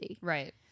Right